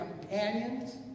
companions